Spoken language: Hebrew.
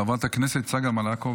חברת הכנסת צגה מלקו,